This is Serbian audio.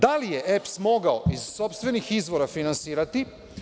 Da li je EPS mogao iz sopstvenih izvora finansirati?